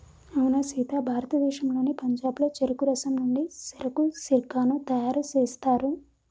అవునా సీత భారతదేశంలోని పంజాబ్లో చెరుకు రసం నుండి సెరకు సిర్కాను తయారు సేస్తారు